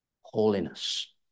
holiness